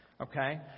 Okay